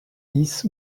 dix